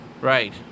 Right